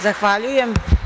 Zahvaljujem.